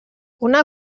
una